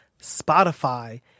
Spotify